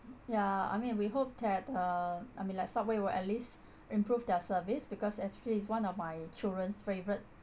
ya I mean we hope that uh I mean like subway will at least improve their service because actually is one of my children's favorite